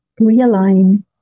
realign